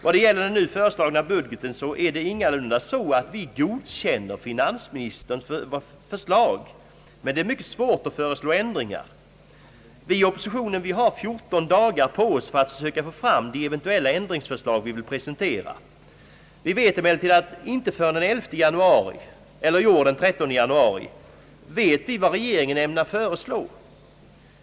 Vad det gäller den nu föreslagna budgeten så är det ingalunda så, att vi godkänner finansministerns förslag, men det är mycket svårt att föreslå ändringar. Vi i oppositionen har 14 dagar på oss för att försöka få fram de eventuella ändringsförslag som vi vill presentera. Vi vet emellertid inte förrän den 11 — eller i år den 13 — januari vad regeringen ämnar föreslå.